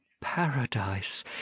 paradise